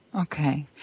Okay